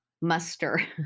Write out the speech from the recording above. muster